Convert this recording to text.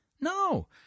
no